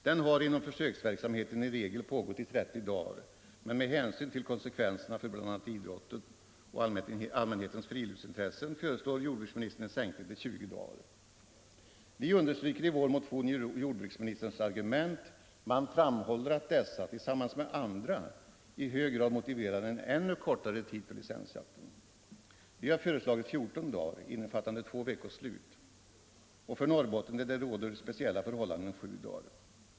Den har inom försöksverksamheten i regel pågått i 30 dagar, men med hänsyn till konsekvenserna för bl.a. idrotten och allmänhetens friluftsintressen föreslår jordbruksministern en sänkning till 20 dagar. Vi understryker i vår motion jordbruksministerns argument men framhåller att dessa, tillsammans med andra, i hög grad motiverar en ännu kortare tid för licensjakten. Vi har föreslagit 14 dagar, innefattande två veckoslut, och för Norrbotten, där det råder speciella förhållanden, 7 dagar.